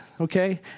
Okay